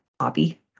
hobby